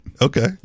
Okay